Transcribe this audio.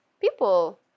people